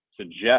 suggest